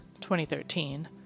2013